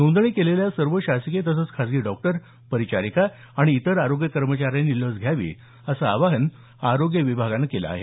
नोंदणी केलेल्या सर्व शासकीय तसंच खाजगी डॉक्टर परिचारिका आणि इतर आरोग्य कर्मचाऱ्यांनी लस घ्यावी असं आवाहन आरोग्य विभागानं केलं आहे